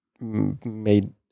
made